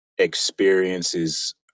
experiences